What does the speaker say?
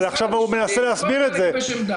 אבל הוא מנסה להסביר את זה עכשיו.